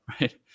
right